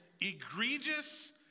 egregious